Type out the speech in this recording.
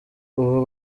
ubu